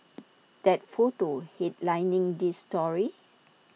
that photo headlining this story